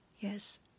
yes